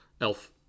elf